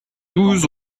douze